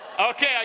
Okay